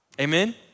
Amen